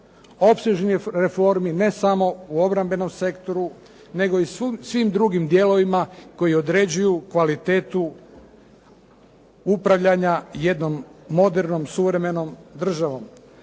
Opsežnoj reformi, ne samo u obrambenom sektoru, nego i svim drugim dijelovima koji određuju kvalitetu upravljanja jednom modernom suvremenom državom.